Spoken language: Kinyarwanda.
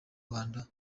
rwanda